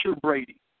Brady